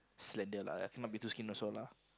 slender lah cannot be too skinny also lah